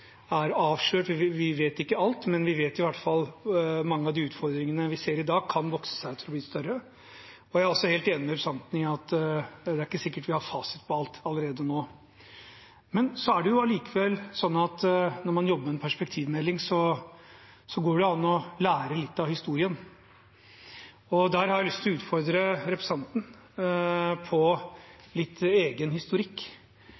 allerede nå er avslørt. Vi vet ikke alt, men vi vet i hvert fall at mange av de utfordringene vi ser i dag, kan vokse seg større. Jeg er også helt enig med representanten i at det er ikke sikkert vi har fasit på alt allerede nå. Det er allikevel sånn at når man jobber med en perspektivmelding, går det an å lære litt av historien, og der har jeg lyst til å utfordre representanten